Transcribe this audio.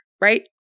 right